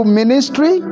ministry